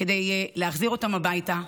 כדי להחזיר אותם הביתה,